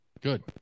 Good